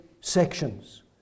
sections